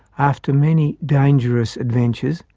after many dangerous adventures,